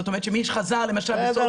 זאת אומרת שמי שחזר למשל בסוף אפריל --- בסדר,